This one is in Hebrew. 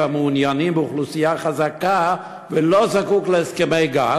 המעוניינים באוכלוסייה חזקה ולא זקוקים להסכמי גג?